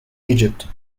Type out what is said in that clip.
egypt